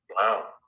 Wow